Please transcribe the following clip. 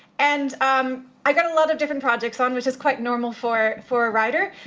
and um i've got a lot of different projects on which is quite normal for for a writer.